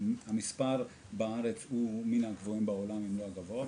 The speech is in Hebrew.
המספר בארץ הוא מן הגבוהים בעולם אם לא הגבוה,